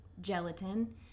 gelatin